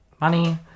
money